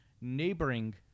neighboring